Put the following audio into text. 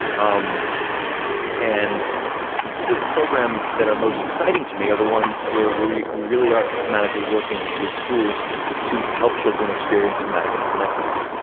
um and the the programs that are most exciting to me are the ones where where we we really are systematically working with schools to help children experience thematic interconnectedness.